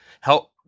Help